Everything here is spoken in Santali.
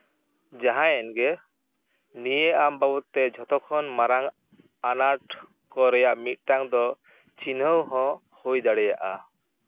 ᱡᱟᱦᱟᱭᱮᱱᱜᱮ ᱱᱤᱭᱟᱹ ᱟᱢ ᱵᱟᱵᱚᱫᱛᱮ ᱡᱷᱚᱛᱚᱠᱷᱚᱱ ᱢᱟᱨᱟᱝ ᱟᱱᱟᱴ ᱠᱚ ᱨᱮᱭᱟᱜ ᱢᱤᱫᱴᱟᱝ ᱫᱚ ᱪᱤᱱᱦᱟᱹᱣ ᱦᱚᱸ ᱦᱩᱭ ᱫᱟᱲᱮᱭᱟᱜᱼᱟ